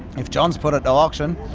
if john's put it to auction,